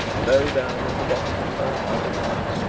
low down in the bottom of her hearts of hearts,